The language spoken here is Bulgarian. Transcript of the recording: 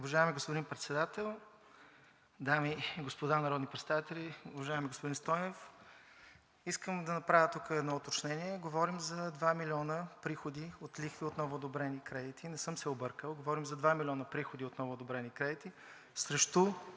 Уважаеми господин Председател, дами и господа народни представители! Уважаеми господин Стойнев, искам да направя тук едно уточнение – говорим за 2 млн. лв. приходи от лихви от новоодобрени кредити, не съм се объркал. Говорим за 2 млн. лв. приходи от новоодобрени кредити срещу